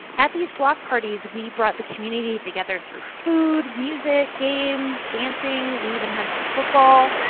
at these block parties, we brought the community together through food, music, games, dancing. we even had some football.